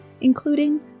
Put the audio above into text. including